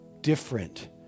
different